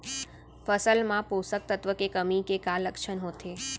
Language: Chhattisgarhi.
फसल मा पोसक तत्व के कमी के का लक्षण होथे?